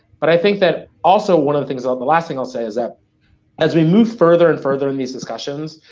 but i think that also one of the things, the last thing i'll say is that as we move further and further in these discussions,